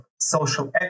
social